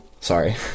Sorry